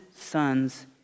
sons